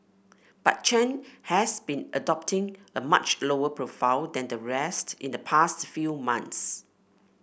but Chen has been adopting a much lower profile than the rest in the past few months